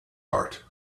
heart